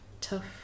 tough